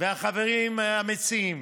והחברים המציעים